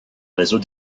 réseau